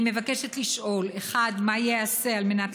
אני מבקשת לשאול: 1. מה ייעשה על מנת